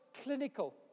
clinical